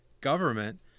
government